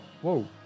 Whoa